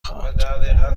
خواهد